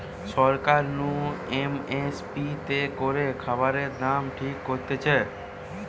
সরকার নু M S P তে করে খাবারের দাম ঠিক করতিছে